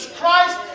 Christ